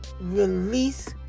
release